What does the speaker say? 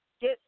get